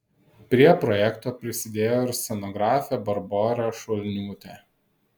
prie projekto prisidėjo ir scenografė barbora šulniūtė